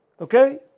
okay